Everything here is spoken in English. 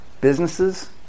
Businesses